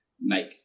make